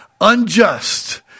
unjust